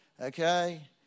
Okay